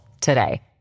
today